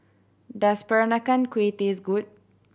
does Peranakan Kueh taste good